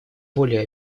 более